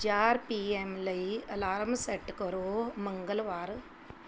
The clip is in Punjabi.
ਚਾਰ ਪੀ ਐਮ ਲਈ ਅਲਾਰਮ ਸੈੱਟ ਕਰੋ ਮੰਗਲਵਾਰ